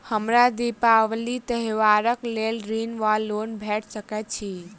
हमरा दिपावली त्योहारक लेल ऋण वा लोन भेट सकैत अछि?